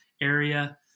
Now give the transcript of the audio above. area